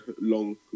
long